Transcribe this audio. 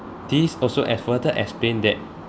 these also as further explained that